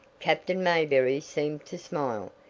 captain mayberry seemed to smile.